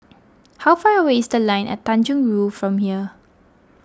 how far away is the Line At Tanjong Rhu from here